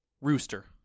Rooster